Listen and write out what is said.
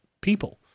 people